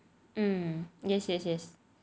hmm yes yes yes